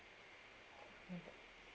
mm